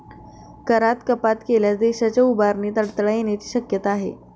करात कपात केल्यास देशाच्या उभारणीत अडथळा येण्याची शक्यता आहे